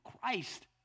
Christ